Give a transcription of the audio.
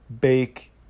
bake